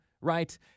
right